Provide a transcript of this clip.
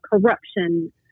corruption